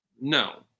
No